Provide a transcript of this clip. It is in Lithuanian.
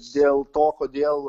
dėl to kodėl